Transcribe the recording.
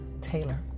Taylor